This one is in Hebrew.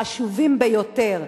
חשובים ביותר.